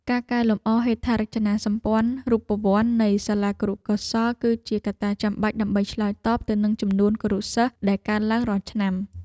ការកែលម្អហេដ្ឋារចនាសម្ព័ន្ធរូបវន្តនៃសាលាគរុកោសល្យគឺជាកត្តាចាំបាច់ដើម្បីឆ្លើយតបទៅនឹងចំនួនគរុសិស្សដែលកើនឡើងរាល់ឆ្នាំ។